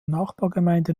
nachbargemeinde